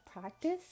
practice